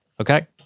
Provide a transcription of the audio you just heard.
Okay